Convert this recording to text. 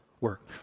work